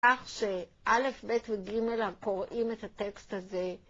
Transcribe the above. כך שא' ב' וג' הקוראים את הטקסט הזה